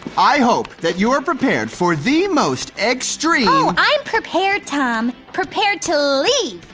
i hope that you're prepared for the most extreme oh, i'm prepared, tom. prepared to leave.